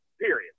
period